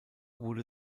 wurde